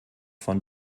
von